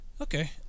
Okay